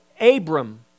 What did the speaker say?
Abram